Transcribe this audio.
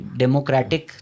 democratic